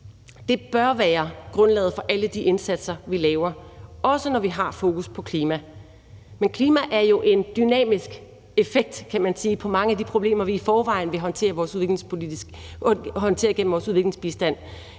Det bør være grundlaget for alle de indsatser, vi laver, også når vi har fokus på klimaet. Klimaet er jo en dynamisk effekt, kan man sige, på mange af de problemer, vi i forvejen håndterer gennem vores udviklingsbistand,